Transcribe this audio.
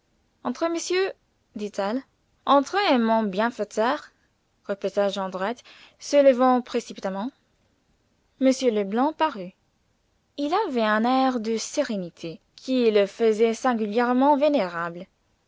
entrez monsieur dit-elle entrez mon bienfaiteur répéta jondrette se levant précipitamment m leblanc parut il avait un air de sérénité qui le faisait singulièrement vénérable